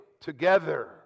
together